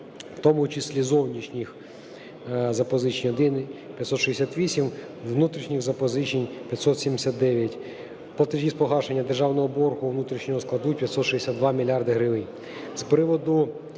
в тому числі зовнішніх запозичень 1 і 568, внутрішніх запозичень 579, платежі з погашення державного боргу внутрішнього складуть 562 мільярди